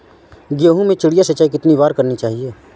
गेहूँ में चिड़िया सिंचाई कितनी बार करनी चाहिए?